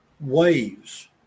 waves